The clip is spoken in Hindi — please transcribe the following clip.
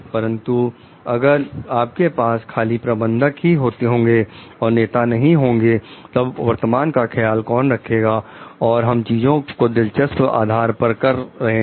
परंतु अगर आपके पास खाली प्रबंधक ही होंगे और नेता नहीं होंगे तब वर्तमान का ख्याल कौन रखेगा और हम चीजों को दिलचस्प आधार पर कर रहे हैं